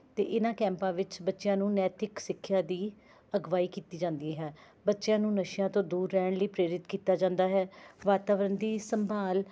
ਅਤੇ ਇਹਨਾਂ ਕੈਂਪਾਂ ਵਿੱਚ ਬੱਚਿਆਂ ਨੂੰ ਨੈਤਿਕ ਸਿੱਖਿਆ ਦੀ ਅਗਵਾਈ ਕੀਤੀ ਜਾਂਦੀ ਹੈ ਬੱਚਿਆਂ ਨੂੰ ਨਸ਼ਿਆਂ ਤੋਂ ਦੂਰ ਰਹਿਣ ਲਈ ਪ੍ਰੇਰਿਤ ਕੀਤਾ ਜਾਂਦਾ ਹੈ ਵਾਤਾਵਰਨ ਦੀ ਸੰਭਾਲ